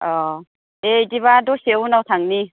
अ' दे बिदिबा दसे उनाव थांनि